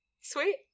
sweet